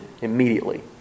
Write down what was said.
immediately